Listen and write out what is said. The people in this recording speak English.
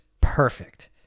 perfect